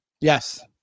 Yes